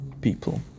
people